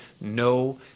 no